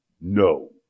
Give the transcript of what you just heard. no